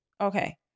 Okay